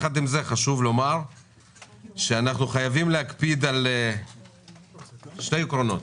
אנחנו חייבים להקפיד על שני עקרונות: